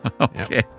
Okay